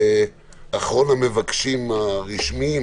אחרון המבקשים הרשמיים